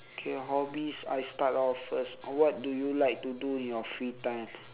okay hobbies I start off first what do you like to do in your free time